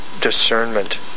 discernment